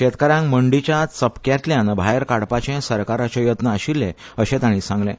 शेतकारांक मंडीच्या चपक्यांतल्यान भायर काडपाचे सरकाराचे यत्न आशिल्ले अशें तांणी सांगलें